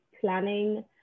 planning